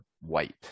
white